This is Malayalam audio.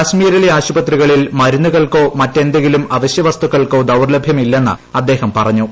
കാശ്മീരിലെ ആശുപത്രികളിൽ മരുന്നുകൾക്കൊ മറ്റെന്തെങ്കിലും അവശ്യപ്പ്പ്പ്തുക്കൾക്കൊ ദൌർലഭ്യമില്ലെന്ന് അദ്ദേഹം പറഞ്ഞു